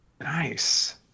Nice